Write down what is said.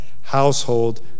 Household